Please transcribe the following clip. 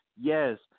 yes